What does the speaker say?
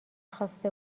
خواسته